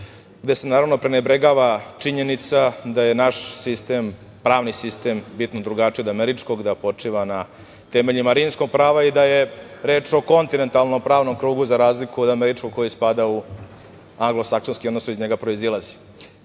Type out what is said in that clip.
gde se prenebregava činjenica da je naš pravni sistem bitno drugačiji od američkog, da počinje na temeljima rimskog prava i da je reč o kontinentalno pravnom krugu, za razliku od američkog koji spada u anglosaksonski, odnosno iz njega proizilazi. Voleo